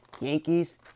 Yankees